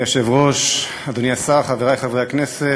אדוני היושב-ראש, אדוני השר, חברי חברי הכנסת,